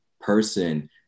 person